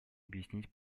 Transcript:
объяснить